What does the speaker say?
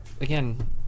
again